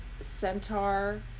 centaur